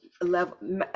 level